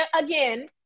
Again